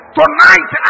tonight